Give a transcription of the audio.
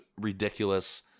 ridiculous